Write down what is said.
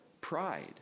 pride